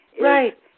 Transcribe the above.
Right